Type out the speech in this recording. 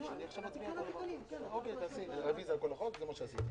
אנחנו מחכים לך, נעה בן שבת.